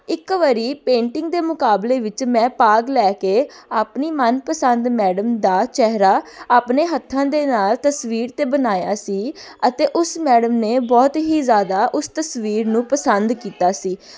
ਇੱਕ ਵਾਰੀ ਪੇਂਟਿੰਗ ਦੇ ਮੁਕਾਬਲੇ ਵਿੱਚ ਮੈਂ ਭਾਗ ਲੈ ਕੇ ਆਪਣੀ ਮਨਪਸੰਦ ਮੈਡਮ ਦਾ ਚਿਹਰਾ ਆਪਣੇ ਹੱਥਾਂ ਦੇ ਨਾਲ ਤਸਵੀਰ 'ਤੇ ਬਣਾਇਆ ਸੀ ਅਤੇ ਉਸ ਮੈਡਮ ਨੇ ਬਹੁਤ ਹੀ ਜ਼ਿਆਦਾ ਉਸ ਤਸਵੀਰ ਨੂੰ ਪਸੰਦ ਕੀਤਾ ਸੀ